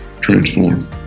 transform